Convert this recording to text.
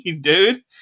dude